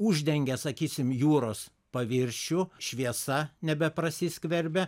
uždengia sakysim jūros paviršių šviesa nebeprasiskverbia